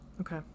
Okay